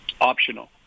optional